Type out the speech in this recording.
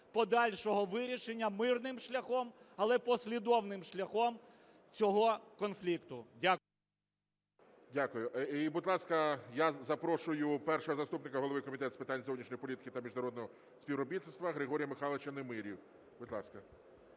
подальшого вирішення мирним шляхом, але послідовним шляхом цього конфлікту. Дякую. ГОЛОВУЮЧИЙ. Дякую. Будь ласка, я запрошую першого заступника голови Комітету з питань зовнішньої політики та міжнародного співробітництва Григорія Михайловича Немирю. Будь ласка.